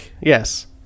Yes